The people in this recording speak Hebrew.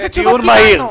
אילו תשובות קיבלנו?